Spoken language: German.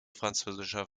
französischer